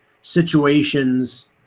situations